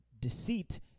deceit